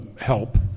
help